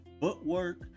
footwork